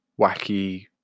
wacky